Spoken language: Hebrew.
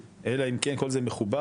אלא אם כן כל זה מכובד,